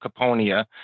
Caponia